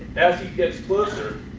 as he gets closer